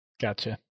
gotcha